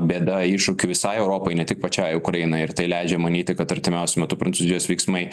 bėda iššūkiu visai europai ne tik pačiai ukrainai ir tai leidžia manyti kad artimiausiu metu prancūzijos veiksmai